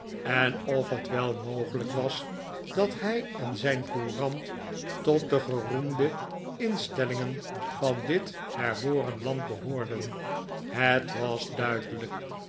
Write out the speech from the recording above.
en of net wel mogelijk was dat hij en zijn courant tot de geroemde instellingen van dit herboren land behoorden het wa s duidelijk